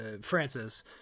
Francis